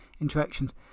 interactions